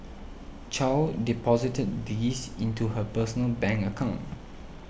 Chow deposited these into her personal bank account